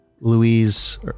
Louise